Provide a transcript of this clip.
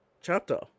Chapter